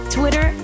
Twitter